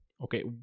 okay